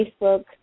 Facebook